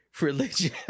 Religion